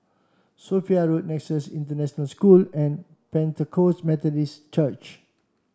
Sophia Road Nexus International School and Pentecost Methodist Church